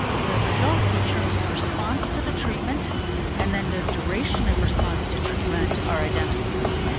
the results in terms of response to the treatment and then the duration of response to treatment are identical.